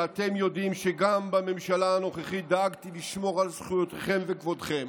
שאתם יודעים שגם בממשלה הנוכחית דאגתי לשמור על זכויותיכם וכבודכם,